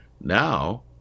Now